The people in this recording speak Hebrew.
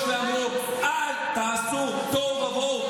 מאיו"ש ואמרו: אל תעשו תוהו ובוהו.